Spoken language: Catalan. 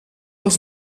els